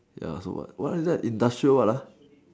ya so what what is that industrial what ah